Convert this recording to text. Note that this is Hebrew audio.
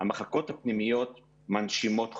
המחלקות הפנימיות מנשימות חולים.